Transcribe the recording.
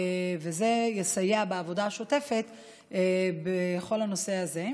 וזה יסייע בעבודה השוטפת בכל הנושא הזה,